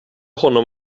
honom